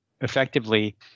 effectively